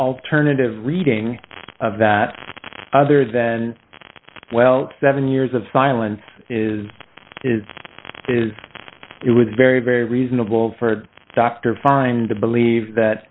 alternative reading that other than well seven years of silence is is is it with very very reasonable for dr find to believe that